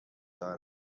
دارم